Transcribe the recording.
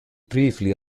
briefly